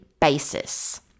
basis